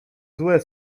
złe